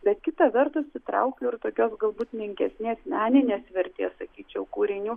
bet kita vertus įtraukiu ir tokios galbūt menkesnės meninės vertės sakyčiau kūrinių